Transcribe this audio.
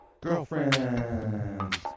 Girlfriend